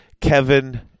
Kevin